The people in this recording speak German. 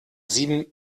sieben